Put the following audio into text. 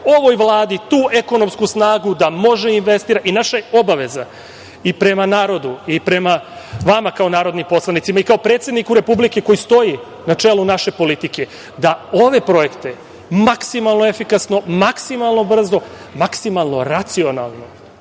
ovoj Vladi tu ekonomsku snagu da može da investira. Naša je obaveza, i prema narodu, i prema vama kao narodnim poslanicima, i kao predsedniku Republike koji stoji na čelu naše politike, da ove projekte maksimalno efikasno, maksimalno brzo, maksimalno racionalno,